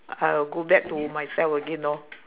I will go back to myself again lor